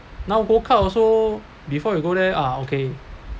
now world cup also before you go there ah okay